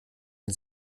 den